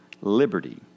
liberty